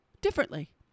differently